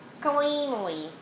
Cleanly